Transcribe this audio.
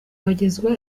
bagezwaho